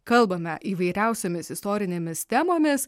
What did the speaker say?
kalbame įvairiausiomis istorinėmis temomis